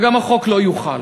וגם החוק לא יוחל,